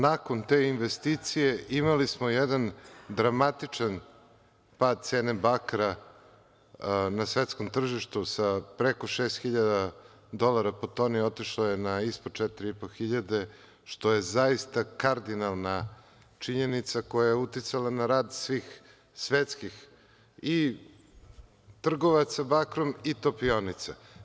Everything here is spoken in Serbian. Nakon te investicije imali smo jedan dramatičan pad cene bakra na svetskom tržištu sa preko šest hiljada dolara po toni otišlo je na ispod četiri i po hiljade, što je zaista kardinalna činjenica koja je uticala na rad svih svetskih i trgovaca bakrom i topionica.